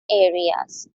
areas